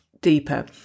deeper